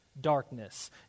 darkness